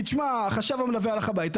כי תשמע, החשב המלווה הלך הביתה.